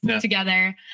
together